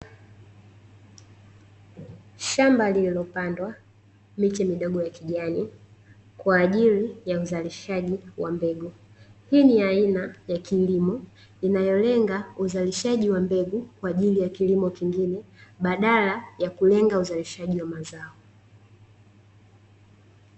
Shamba lililopandwa miche midogo ya kijani kwaajili ya uzalishaji wa mbegu, hii ni aina ya kilimo inayolenga uzalishaji wa mbegu kwaajili ya kilimo kingine, badala ya kulenga uzalishaji wa mazao.